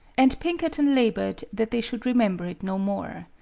and pinkerton labored that they should remember it no more.